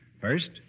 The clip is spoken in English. First